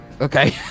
Okay